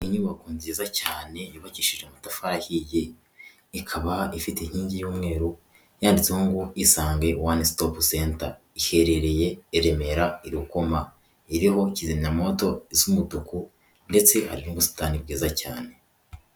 Inyubako nziza cyane yubakishije amatafari ahiye. Ikaba ifite inkingi y'umweru yanditseho ngo Isange One Stop Center. iherereye i Remera, i Rukoma, iriho kizimyamoto isa umutuku ndetse hari n'ubusitani bwiza cyane.